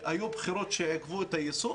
היו בחירות שעיכבו את היישום.